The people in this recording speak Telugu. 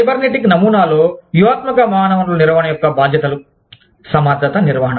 సైబర్నెటిక్ నమూనాలో వ్యూహాత్మక మానవ వనరుల నిర్వహణ యొక్క బాధ్యతలు సమర్థత నిర్వహణ